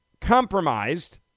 compromised